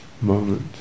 moment